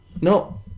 No